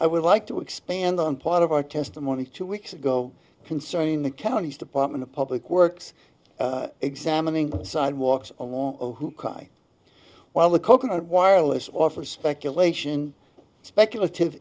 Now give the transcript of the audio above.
i would like to expand on part of our testimony two weeks ago concerning the county's department of public works examining sidewalks along who cry while the coconut wireless offer speculation speculative